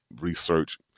research